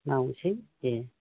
मावनोसै दे